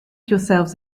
yourselves